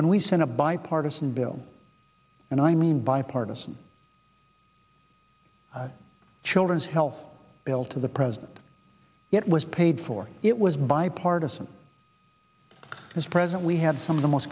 when we sent a bipartisan bill and i mean bipartisan children's health bill to the president it was paid for it was bipartisan as presently have some of the most